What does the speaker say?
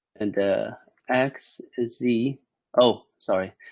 and the x, z, oh, sorry,